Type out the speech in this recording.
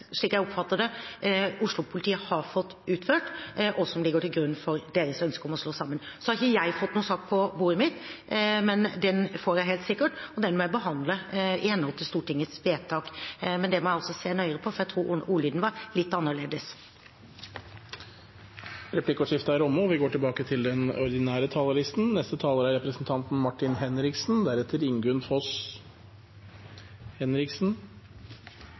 slik jeg oppfatter det – Oslo-politiet har fått utført, og som ligger til grunn for deres ønske om å slå sammen. Så har ikke jeg fått noen sak på bordet mitt, men den får jeg helt sikkert, og den må jeg behandle i henhold til Stortingets vedtak. Men dette må jeg se nøyere på, for jeg tror ordlyden var litt annerledes. Replikkordskiftet er omme. Arbeiderpartiet har høye ambisjoner for justissektoren og politiet. Vi